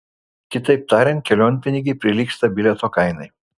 kitaip tariant kelionpinigiai prilygsta bilieto kainai